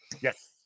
Yes